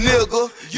Nigga